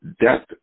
death